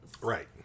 Right